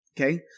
Okay